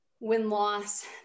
win-loss